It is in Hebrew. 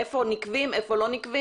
איפה נקווים ואיפה לא נקווים.